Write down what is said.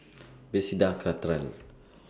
Bethesda Cathedral